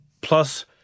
Plus